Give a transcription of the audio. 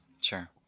Sure